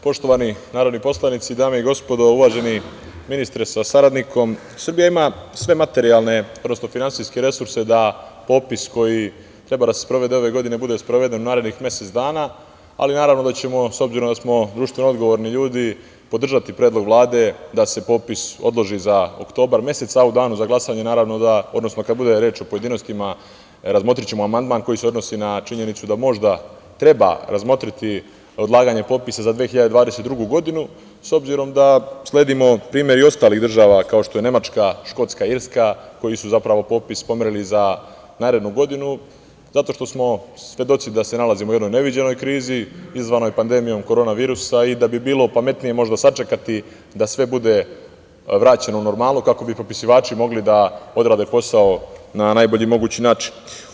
Poštovani narodni poslanici, dame i gospodo, uvaženi ministre sa saradnikom, Srbija ima sve materijalne, prosto, finansijske resurse da popis koji treba se sprovede ove godine bude sproveden u narednih mesec dana, ali naravno da ćemo, s obzirom da smo društveno odgovorni ljudi, podržati predlog Vlade da se popis odloži za oktobar mesec, a u danu za glasanje, odnosno kada bude reč u pojedinostima, razmotrićemo amandman koji se odnosi na činjenicu da možda treba razmotriti odlaganje popisa za 2022. godinu, s obzirom da sledimo primer i ostalih država, kao što su Nemačka, Škotska, Irska koje su zapravo popis pomerile za narednu godinu, jer smo svedoci da se nalazimo u jednoj neviđenoj krizi izazvanoj pandemijom korona virusa i da bi bilo pametnije možda sačekati da sve bude vraćeno u normalnu, kako bi popisivači mogli da odrade posao na najbolji mogući način.